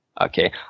Okay